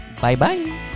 Bye-bye